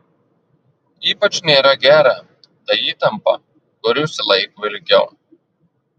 ypač nėra gera ta įtampa kuri užsilaiko ilgiau